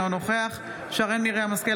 אינו נוכח שרן מרים השכל,